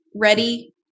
ready